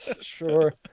Sure